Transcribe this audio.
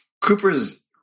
Cooper's